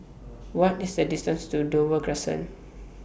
What IS The distance to Dover Crescent